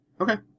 Okay